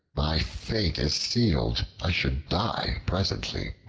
my fate is sealed. i should die presently.